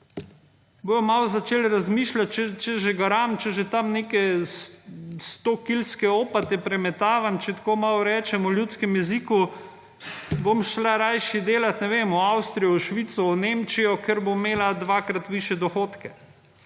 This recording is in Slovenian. bodo malo začeli razmišljati, če že garam, če že tam neke sto kilske opate premetavam, če tako malo rečem v ljudskem jeziku, bom šla rajši delati, ne vem, v Avstrijo, v Švico, v Nemčijo, ker bom imela dvakrat višje dohodke.